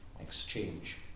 exchange